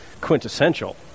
quintessential